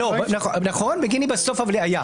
אבל בפסק דין גיני בסוף היה.